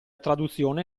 traduzione